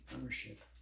ownership